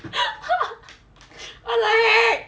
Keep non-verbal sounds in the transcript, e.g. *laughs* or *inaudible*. *laughs* !walao! eh